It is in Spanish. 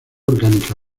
orgánica